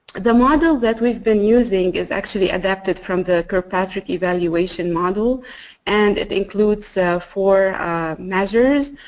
the model that we've been using is actually adapted from the kirkpatrick evaluation model and it includes so four measures.